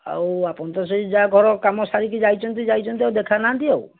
ଆଉ ଆପଣ ତ ସେଇ ଯାହା ଘର କାମ ସାରିକି ଯାଇଛନ୍ତି ଯାଇଛନ୍ତି ଆଉ ଦେଖାନାହାନ୍ତି ଆଉ